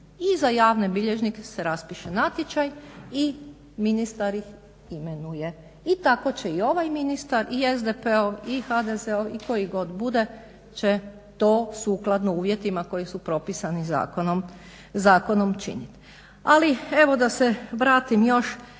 I za javne bilježnike se raspiše natječaj i ministar ih imenuje. I tako će i ovaj ministar i SDP-ov i HDZ-ov i koji god bude će to sukladno uvjetima koji su propisani zakonom činiti. Ali, evo da se vratim još